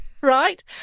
right